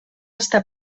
està